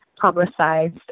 publicized